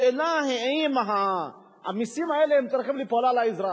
השאלה היא, האם המסים האלה צריכים ליפול על האזרח?